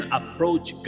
approach